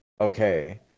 okay